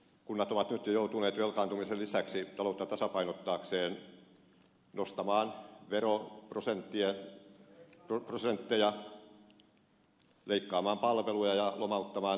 kunnat ovat nyt jo joutuneet velkaantumisen lisäksi taloutta tasapainottaakseen nostamaan veroprosentteja leikkaamaan palveluja ja lomauttamaan henkilökuntaa